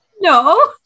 No